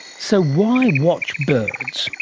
so why watch birds?